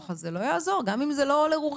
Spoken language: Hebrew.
לא יעזור, גם אם זה לא לרוחכן.